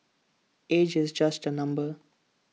age is just A number